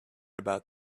about